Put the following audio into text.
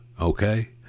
Okay